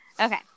Okay